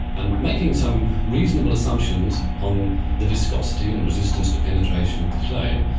and making some reasonable assumptions on the viscosity and resistance to penetration of the clay,